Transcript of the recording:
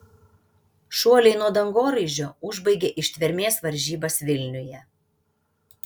šuoliai nuo dangoraižio užbaigė ištvermės varžybas vilniuje